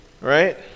right